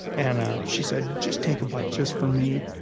and she said, just take a bite, just for me.